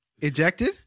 Ejected